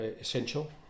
essential